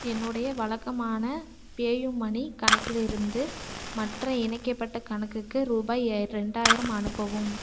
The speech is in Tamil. என்னுடைய வழக்கமான பேயூமனி கணக்கிலிருந்து மற்ற இணைக்கப்பட்ட கணக்குக்கு ரூபாய் எ ரெண்டாயிரம் அனுப்பவும்